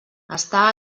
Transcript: està